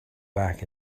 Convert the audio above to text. back